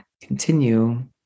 continue